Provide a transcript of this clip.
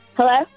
Hello